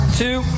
two